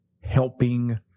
helping